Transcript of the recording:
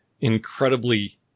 incredibly